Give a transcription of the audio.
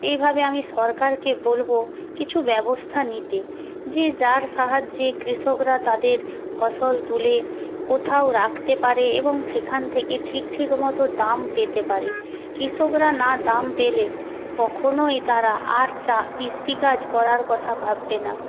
এইভাবে আমি সরকারকে বলবো কিছু ব্যবস্থা নিতে যে যার সাহায্যে কৃষকরা তাদের ফসল তুলে কোথাও রাখতে পারে এবং সেখান থেকে ঠিক ঠিক মতো দাম পেতে পারে কৃষকরা না দাম পেলে কখনোই তারা আর চা কৃষিকাজ করার কথা ভাববে না